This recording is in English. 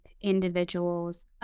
individuals